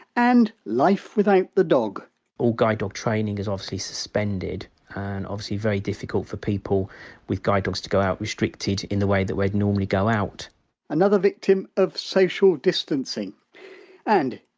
and life without the dog all guide dog training is obviously suspended and obviously very difficult for people with guide dogs to go out, restricted, in the way that we'd normally go out another victim of social distancing and,